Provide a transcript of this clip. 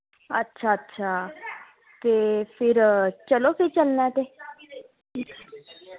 अच्छा अच्छा ते फिर चलो फ्ही चलना ऐ ते